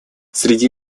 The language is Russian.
среди